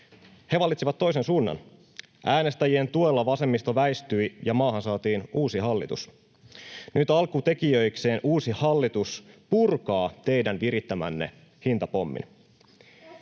He valitsivat toisen suunnan. Äänestäjien tuella vasemmisto väistyi, ja maahan saatiin uusi hallitus. Nyt alkutekijöikseen uusi hallitus purkaa teidän virittämänne hintapommin.